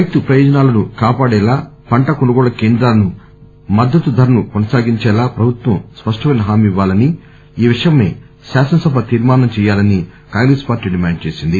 రైతు ప్రయోజనలాను కాపాడేలా పంట కొనుగోళ్ళ కేంద్రాలను మద్దతు ధరను కొనసాగించేలా ప్రభుత్వం స్పష్టమైన హామీ ఇవ్వాలని ఈ విషయమై శాసన సభ తీర్మానం చేయాలని కాంగ్రెసు పార్టీ డిమాండ్ చేసింది